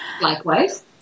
Likewise